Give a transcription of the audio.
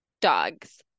dogs